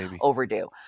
overdue